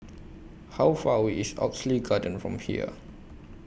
How Far away IS Oxley Garden from here